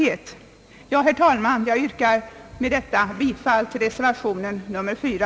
Med det anförda, herr talman, yrkar jag bifall till reservation a.